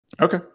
Okay